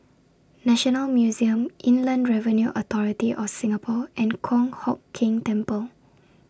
National Museum Inland Revenue Authority of Singapore and Kong Hock Keng Temple